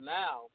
now